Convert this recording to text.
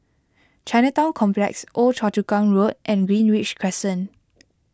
Chinatown Complex Old Choa Chu Kang Road and Greenridge Crescent